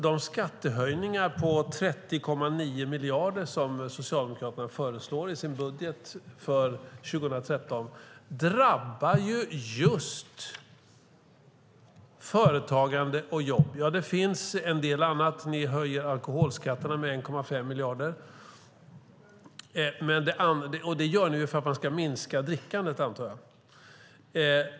De skattehöjningar på 30,9 miljarder som Socialdemokraterna föreslår i sin budget för 2013 drabbar ju just företagande och jobb. Ja, det finns en del annat - ni höjer alkoholskatterna med 1,5 miljarder. Det gör ni för att man ska minska drickandet, antar jag.